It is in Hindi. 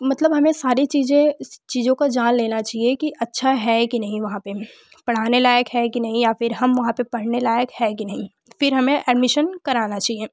मतलब हमें सारी चीज़ें उन चीज़ों को जान लेना चाहिए कि अच्छा है कि नहीं वहाँ पर पढ़ाने लायक है कि नहीं या फ़िर हम वहाँ पर पढ़ने लायक है कि नहीं फ़िर हमें एडमिशन कराना चाहिए